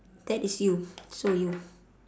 that is you so you